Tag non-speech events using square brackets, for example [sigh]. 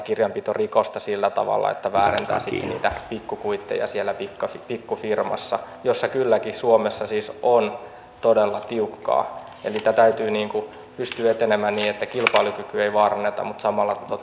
[unintelligible] kirjanpitorikosta sillä tavalla että väärentäisi niitä pikku kuitteja siellä pikku firmassa jossa kylläkin suomessa siis on todella tiukkaa täytyy pystyä etenemään niin että kilpailukykyä ei vaaranneta mutta samalla